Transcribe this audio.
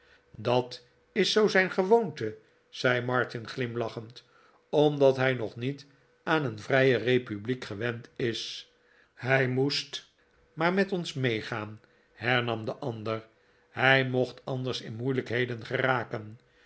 dat is zoo zijn gewoonte zei martin glimlachend omdat hij nog niet aan een vrije republiek gewend is hij moest maar met ons meegaan hernam de ander r hij mocht anders in moeilijkheden raken